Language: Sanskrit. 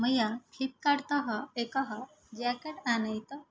मया फ़्लिप्कार्ट् तः एकः जेकेट् आनयितं